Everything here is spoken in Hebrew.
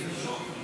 כסיף,